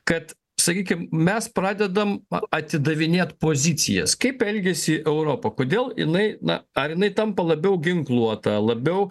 kad sakykim mes pradedam atidavinėt pozicijas kaip elgiasi europa kodėl jinai na ar jinai tampa labiau ginkluota labiau